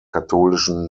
katholischen